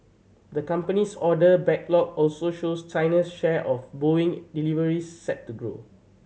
the company's order backlog also shows China's share of Boeing deliveries set to grow